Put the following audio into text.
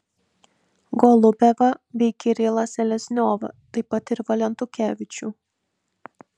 golubevą bei kirilą selezniovą taip pat ir valentukevičių